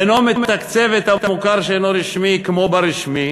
אינו מתקצב את המוכר שאינו רשמי כמו את רשמי,